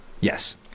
Yes